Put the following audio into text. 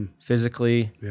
physically